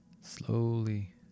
slowly